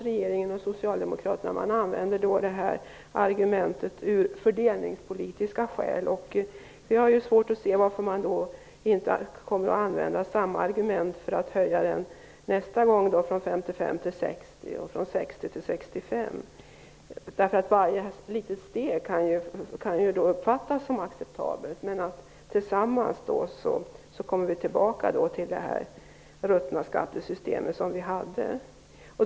Regeringen och Socialdemokraterna använder fördelningsskäl som argument. Vi har svårt att se varför man då inte kommer att använda samma argument för att nästa gång få en höjning från totalt 55 % till 60 % och från 60 % till 65 %, för varje litet steg kan ju då uppfattas som acceptabelt. Men sammantaget kommer vi tillbaka till det ruttna skattesystem som vi tidigare hade.